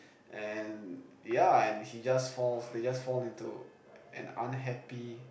and yeah and he just falls they just fall into an unhappy